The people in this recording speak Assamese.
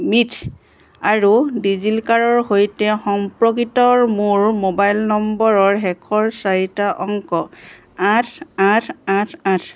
মিথ আৰু ডিজি লকাৰৰ সৈতে সম্পৰ্কিত মোৰ মোবাইল নম্বৰৰ শেষৰ চাৰিটা অংক আঠ আঠ আঠ আঠ